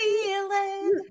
Feeling